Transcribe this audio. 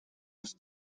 ist